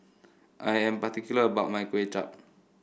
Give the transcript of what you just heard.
I am particular about my Kway Chap